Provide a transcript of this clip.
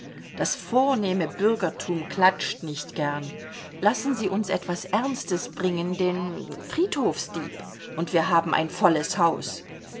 das vornehme bürgertum klatscht nicht gern lassen sie uns etwas ernstes bringen den friedhofsdieb und wir haben ein volles haus